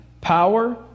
power